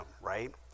right